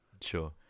Sure